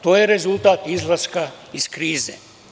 To je rezultat izlaska iz krize.